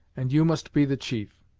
and you must be the chief.